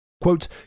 Quote